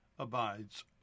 Abides